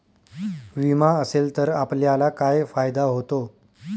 विमा असेल तर आपल्याला काय फायदा होतो?